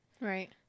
Right